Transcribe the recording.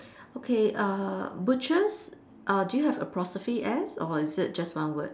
okay uh butchers uh do you have apostrophe S or is it just one word